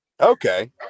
Okay